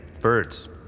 birds